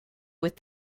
with